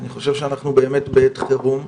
אני חושב שאנחנו באמת בעת חירום.